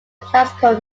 classical